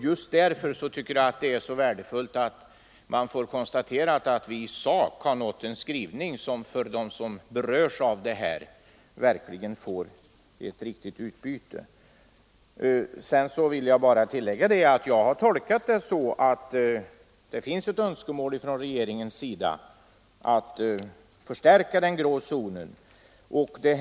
Just därför tycker jag att det är så värdefullt att få konstaterat att vi i sak har nått en skrivning som för dem som berörs av den verkligen ger ett riktigt utbyte. Sedan vill jag bara tillägga att jag har tolkat saken så att det finns ett önskemål hos regeringen att förstärka åtgärderna för den grå zonen.